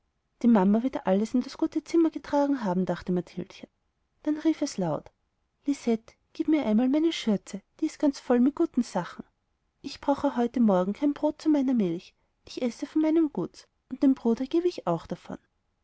die mama wird alles in das gute zimmer getragen haben dachte mathildchen dann rief es laut lisette gib mir einmal meine schürze die ist ganz voll mit guten sachen ich brauche heute morgen kein brot zu meiner milch ich esse von meinem guts und dem bruder gebe ich auch davon